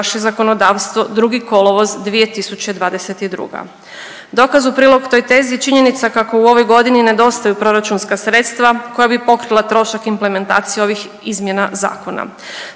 naše zakonodavstvo 2. kolovoz 2022. Dokaz u prilog toj tezi je činjenica kako u ovoj godini nedostaju proračunska sredstva koja bi pokrila trošak implementacije ovih izmjena zakona.